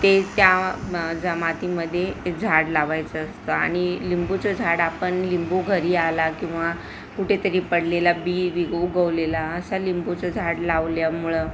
ते त्या ज मातीमध्ये झाड लावायचं असतं आणि लिंबूचं झाड आपण लिंबू घरी आला किंवा कुठेतरी पडलेला बी बग उगवलेला असं लिंबूचं झाड लावल्यामुळं